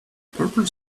purple